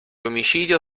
omicidio